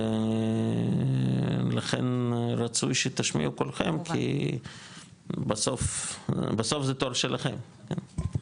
ולכן רצוי שתשמיעו קולכם, כי בסוף זה תור שלכם.